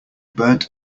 burnt